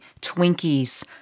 Twinkies